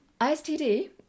istd